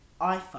iPhone